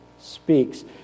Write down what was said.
speaks